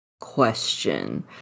question